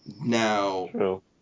now